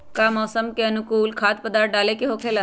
का मौसम के अनुकूल खाद्य पदार्थ डाले के होखेला?